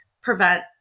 prevent